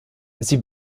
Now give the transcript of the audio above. sie